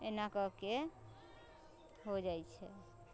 एना कऽके हो जाइ छै